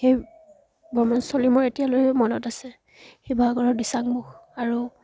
সেই ভ্ৰমণ স্থলী মোৰ এতিয়ালৈ মনত আছে শিৱসাগৰৰ দিচাংমুখ আৰু